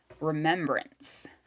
Remembrance